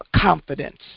confidence